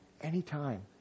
Anytime